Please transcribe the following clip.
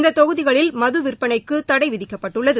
இந்ததொகுதிகளில் மது விற்பனைக்குதடைவிதிக்கப்பட்டுள்ளது